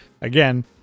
again